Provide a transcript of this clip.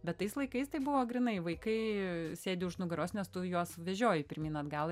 bet tais laikais tai buvo grynai vaikai sėdi už nugaros nes tu juos vežioji pirmyn atgal